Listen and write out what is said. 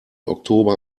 oktober